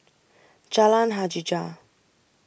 Jalan Hajijah